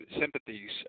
sympathies